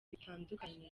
bitandukanye